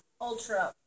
ultra